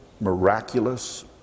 miraculous